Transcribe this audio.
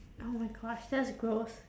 oh my gosh that's gross